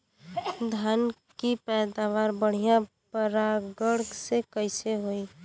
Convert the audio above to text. धान की पैदावार बढ़िया परागण से कईसे होई?